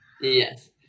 Yes